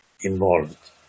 involved